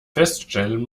feststellen